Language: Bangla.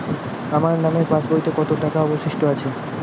আমার নামের পাসবইতে কত টাকা অবশিষ্ট আছে?